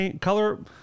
color